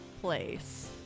place